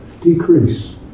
decrease